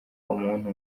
umuntu